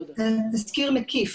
תסקיר מקיף.